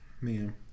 Man